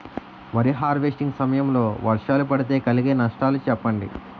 వరి హార్వెస్టింగ్ సమయం లో వర్షాలు పడితే కలిగే నష్టాలు చెప్పండి?